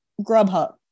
Grubhub